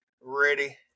ready